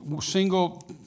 single